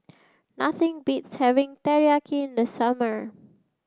nothing beats having Teriyaki in the summer